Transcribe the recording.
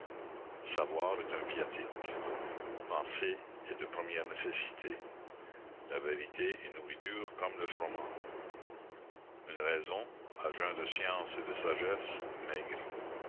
savoir est un viatique penser est de première nécessité la vérité est nourriture comme le froment une raison à jeun de science et de sagesse maigrit